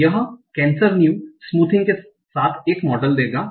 तो यह नेसर ने स्मूथिंग के साथ एक मॉडल देगा